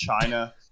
china